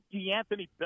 DeAnthony